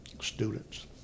students